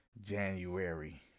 January